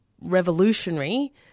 revolutionary